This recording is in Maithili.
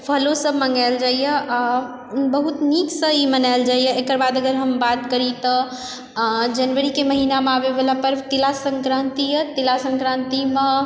फलो सब मङ्गायल जाइए आओर बहुत नीकसँ ई मनायल जाइए एकरबाद अगर हम बात करि तऽ जनवरीके महिनामे अबयवला पर्व तिला सङ्क्रान्ति अछि तिला सङ्क्रान्ति मे